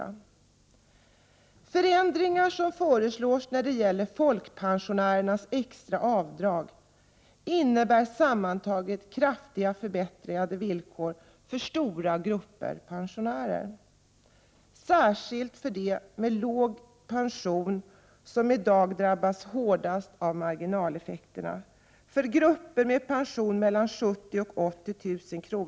De förändringar som föreslås när det gäller folkpensionärernas extra avdrag innebär sammantaget kraftigt förbättrade villkor för stora grupper av pensionärer, särskilt för pensionärer med låg pension, som i dag drabbas hårdast av marginalskatteeffekterna. För gruppen med pension mellan 70 000 och 80 000 kr.